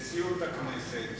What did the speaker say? נשיאות הכנסת,